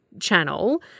channel